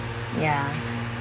ya